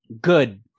good